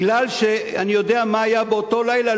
מכיוון שאני יודע מה היה באותו לילה,